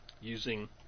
using